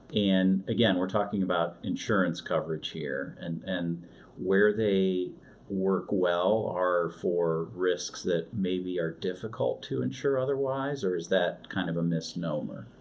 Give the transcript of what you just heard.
and again, we're talking about insurance coverage here, and and where they work well are for risks that may be difficult to ensure otherwise or is that kind of a misnomer?